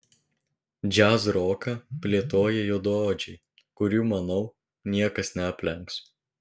džiazroką plėtoja juodaodžiai kurių manau niekas neaplenks